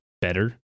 better